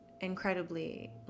incredibly